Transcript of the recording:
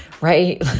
right